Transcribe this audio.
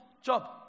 job